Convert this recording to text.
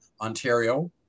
ontario